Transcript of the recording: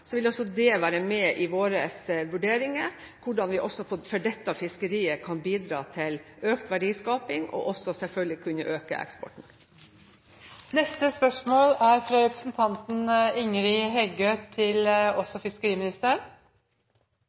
være med i våre vurderinger, hvordan vi for dette fiskeriet kan bidra til økt verdiskaping og selvfølgelig også kunne øke eksporten.